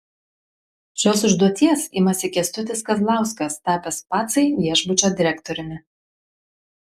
šios užduoties imasi kęstutis kazlauskas tapęs pacai viešbučio direktoriumi